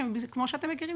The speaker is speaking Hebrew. וכמו שאתם מכירים,